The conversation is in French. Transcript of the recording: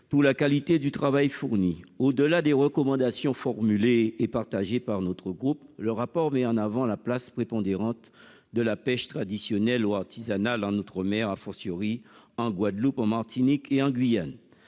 tous la qualité du travail fourni au-delà des recommandations formulées est partagée par notre groupe, le rapport met en avant la place prépondérante de la pêche traditionnelle ou artisanale en outre-mer, a fortiori en Guadeloupe, en Martinique et en Guyane,